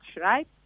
right